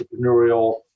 entrepreneurial